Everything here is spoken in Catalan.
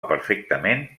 perfectament